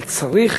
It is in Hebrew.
אבל צריך